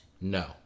No